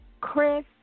Chris